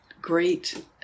great